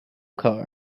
car